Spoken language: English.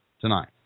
tonight